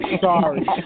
sorry